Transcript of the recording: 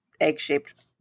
egg-shaped